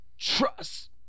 Trust